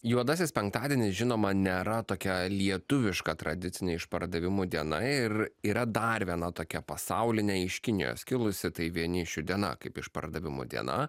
juodasis penktadienis žinoma nėra tokia lietuviška tradicinė išpardavimų diena ir yra dar viena tokia pasaulinė iš kinijos kilusi tai vienišių diena kaip išpardavimų diena